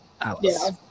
Alice